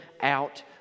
out